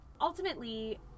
ultimately